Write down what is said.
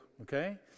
Okay